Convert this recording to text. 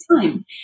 time